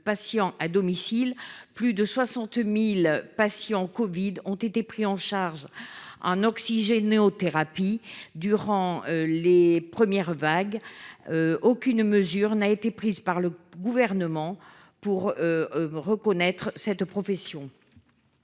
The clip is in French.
patients à domicile, plus de 60000 patients Covid ont été pris en charge en oxygène et aux thérapies durant les premières vagues, aucune mesure n'a été prise par le gouvernement pour reconnaître cette profession